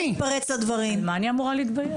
ממה אני אמורה להתבייש?